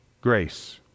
grace